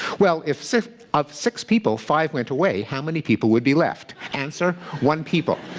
well, if if of six people five went away, how many people would be left? answer one people.